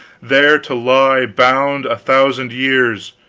there to lie bound a thousand years.